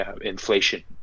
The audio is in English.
inflation